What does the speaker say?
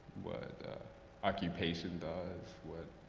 what occupation does, what